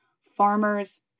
farmers